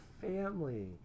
family